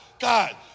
God